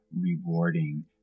rewarding